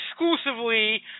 exclusively